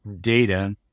data